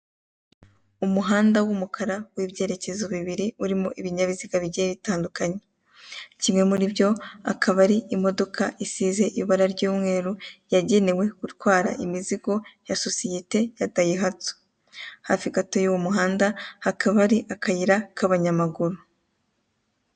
Umuhanda w'umukara w'ibyerekezo bibiri urimo ibinyabizga bigiye bitandukanye. Kimwe muri byo akaba ari imodoka isize ibara ry'umweru yagenewe gutwara imizigo ya sosiyete ya dayihatsu. Hafi gato y'uwo muhanda hakaba hari akayira k'abanyamaguru.